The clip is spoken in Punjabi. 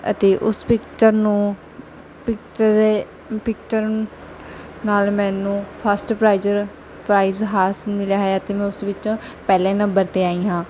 ਅਤੇ ਉਸ ਪਿਕਚਰ ਨੂੰ ਪਿਕਚਰ ਦੇ ਪਿਕਚਰ ਨ ਨਾਲ ਮੈਨੂੰ ਫਸਟ ਪ੍ਰਾਈਜਰ ਪ੍ਰਾਈਜ਼ ਹਾਸ ਮਿਲਿਆ ਹੈ ਅਤੇ ਮੈਂ ਉਸ ਵਿੱਚ ਪਹਿਲੇ ਨੰਬਰ 'ਤੇ ਆਈ ਹਾਂ